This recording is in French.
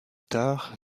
tard